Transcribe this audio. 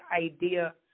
idea